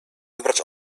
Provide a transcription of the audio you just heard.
wybrać